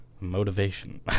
Motivation